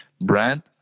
brand